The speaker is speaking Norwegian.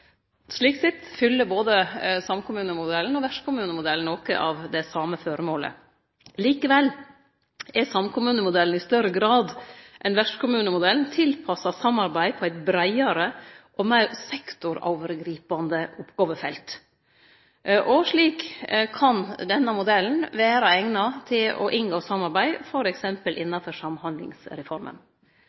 Slik sett fyller både samkommunemodellen og vertskommunemodellen noko av det same føremålet. Likevel er samkommunemodellen i større grad enn vertskommunemodellen tilpassa samarbeid på eit breiare og meir sektorovergripande oppgåvefelt. Slik kan denne modellen vere eigna til å inngå samarbeid f.eks. innanfor Samhandlingsreforma.